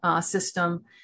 system